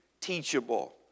teachable